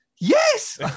Yes